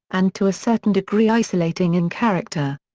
and to a certain degree isolating in character.